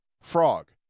Frog